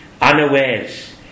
unawares